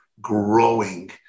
growing